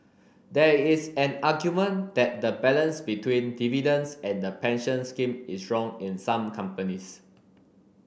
there is an argument that the balance between dividends and the pension scheme is wrong in some companies